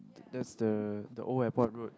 that's the the Old-Airport-Road